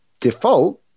default